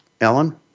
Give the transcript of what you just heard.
Ellen